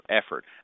effort